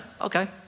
Okay